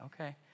okay